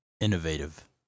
innovative